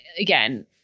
again